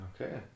Okay